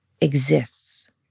exists